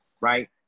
right